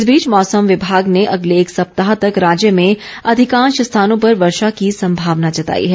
इस बीच मौसम विभाग ने अगले एक सप्ताह तक राज्य में अधिकांश स्थानों पर वर्षा की संभावना जताई है